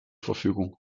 verfügung